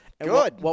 Good